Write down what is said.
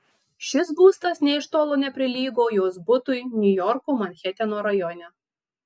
šis būstas nė iš tolo neprilygo jos butui niujorko manheteno rajone